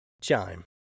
Chime